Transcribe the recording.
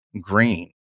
green